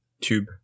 Tube